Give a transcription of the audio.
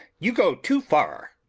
you go too far.